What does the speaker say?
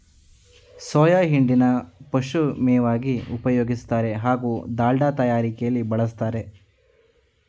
soya ಹಿಂಡಿನ ಪಶುಮೇವಾಗಿ ಉಪಯೋಗಿಸ್ತಾರೆ ಹಾಗೂ ದಾಲ್ಡ ತಯಾರಿಕೆಲಿ ಬಳುಸ್ತಾರೆ